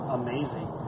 amazing